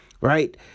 right